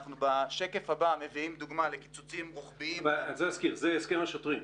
בשקף הבא אנחנו מביאים דוגמה לקיצוצים רוחביים --- זה הסכם השוטרים?